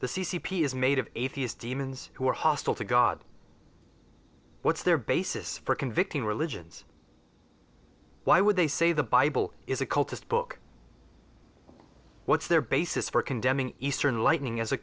the c c p is made of atheist demons who are hostile to god what's their basis for convicting religions why would they say the bible is a cultist book what's their basis for condemning eastern lightning as a